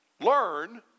learn